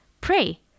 pray